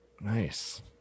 Nice